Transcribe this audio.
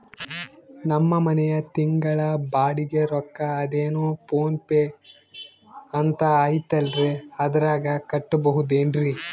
ನಮ್ಮ ಮನೆಯ ತಿಂಗಳ ಬಾಡಿಗೆ ರೊಕ್ಕ ಅದೇನೋ ಪೋನ್ ಪೇ ಅಂತಾ ಐತಲ್ರೇ ಅದರಾಗ ಕಟ್ಟಬಹುದೇನ್ರಿ?